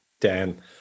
Dan